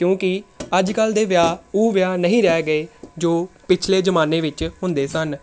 ਕਿਉਂਕਿ ਅੱਜ ਕੱਲ੍ਹ ਦੇ ਵਿਆਹ ਉਹ ਵਿਆਹ ਨਹੀਂ ਰਹਿ ਗਏ ਜੋ ਪਿਛਲੇ ਜ਼ਮਾਨੇ ਵਿੱਚ ਹੁੰਦੇ ਸਨ